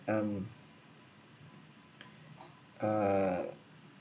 um uh